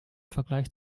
vergleich